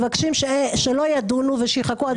לכן אני חושבת שדווקא עכשיו,